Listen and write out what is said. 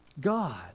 God